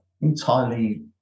entirely